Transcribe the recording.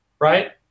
right